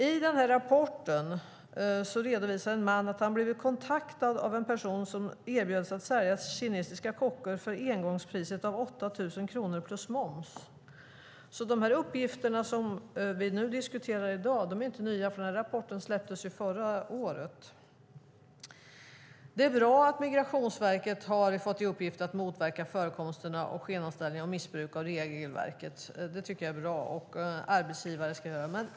I rapporten redovisar en man att han har blivit kontaktad av en person som erbjöd sig att sälja kinesiska kockar för engångspriset 8 000 kronor plus moms. De uppgifter som vi diskuterar i dag är inte nya, för rapporten släpptes förra året. Det är bra att Migrationsverket har fått i uppgift att motverka förekomsten av skenanställningar och missbruk av regelverket och att man ska kontrollera arbetsgivare. Det tycker jag är bra.